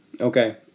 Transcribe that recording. Okay